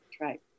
right